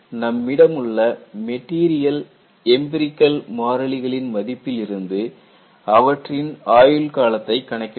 நம்மிடமுள்ள material empirical மாறிலிகளின் மதிப்பிலிருந்து அவற்றின் ஆயுள் காலத்தை கணக்கிடலாம்